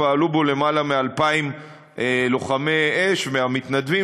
פעלו למעלה מ-2,000 לוחמי אש והמתנדבים.